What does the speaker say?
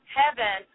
heaven